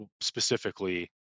specifically